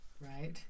right